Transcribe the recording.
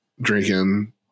drinking